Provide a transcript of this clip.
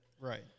Right